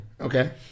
Okay